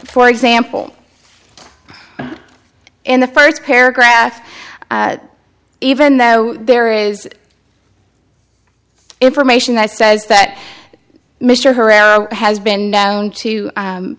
for example in the first paragraph even though there is information that says that mr herrera has been found to